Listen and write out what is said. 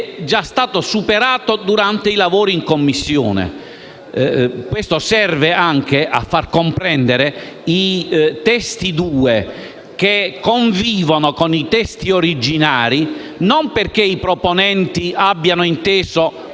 già stato superato durante i lavori in Commissione. Questo serve anche a far comprendere i testi riformulati che convivono con i testi originari, e non perché i proponenti abbiano inteso